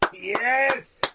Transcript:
Yes